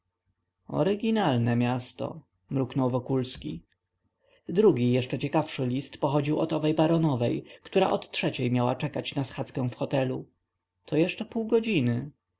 oryginalne miasto mruknął wokulski drugi jeszcze ciekawszy list pochodził od owej baronowej która od trzeciej miała czekać na schadzkę w czytelni to jeszcze pół godziny